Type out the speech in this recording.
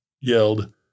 yelled